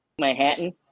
Manhattan